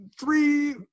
three